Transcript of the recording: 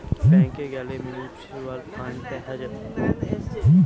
ব্যাংকে গ্যালে mutual fund দেখা যায়